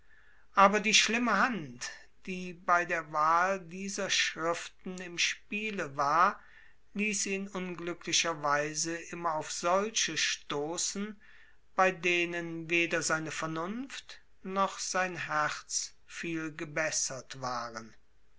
aber die schlimme hand die bei der wahl dieser schriften im spiele war ließ ihn unglücklicherweise immer auf solche stoßen bei denen weder seine vernunft noch sein herz viel gebessert waren